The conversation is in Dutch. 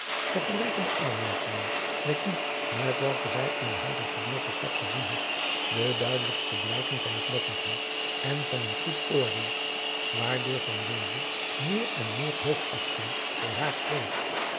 vergelijkende aanmerkingen met die en welke zij in hare geboortestad gezien had de duidelijkste blijken van oplettendheid en van een goed oordeel waardoor van wezel meer en meer hoogachting voor haar kreeg